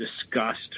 disgust